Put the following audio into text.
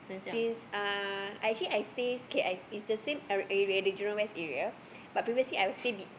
since uh I actually I stay okay I in same Jurong-West area but previously I will stay be